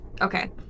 Okay